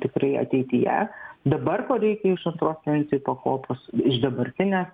tikrai ateityje dabar ko reikia iš antros pensijų pakopos dabartinė